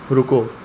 ਰੁਕੋ